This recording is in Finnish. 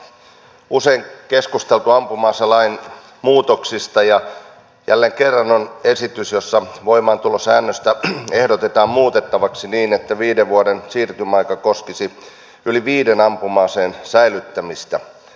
tässä salissa on usein keskusteltu ampuma aselain muutoksista ja jälleen kerran on esitys jossa voimaantulosäännöstä ehdotetaan muutettavaksi niin että viiden vuoden siirtymäaika koskisi yli viiden ampuma aseen säilyttämistä